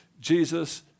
Jesus